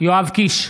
יואב קיש,